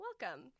Welcome